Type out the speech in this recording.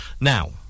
Now